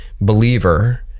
believer